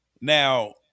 Now